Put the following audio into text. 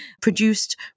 produced